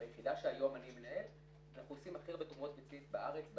ביחידה שהיום אני מנהל אנחנו עושים הכי הרבה תרומות ביצית בארץ.